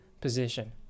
position